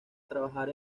trabajar